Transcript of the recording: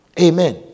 Amen